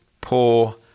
poor